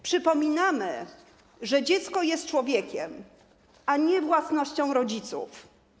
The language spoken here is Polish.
Przypominamy, że dziecko jest człowiekiem, a nie własnością rodziców.